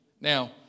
Now